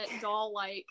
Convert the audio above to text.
doll-like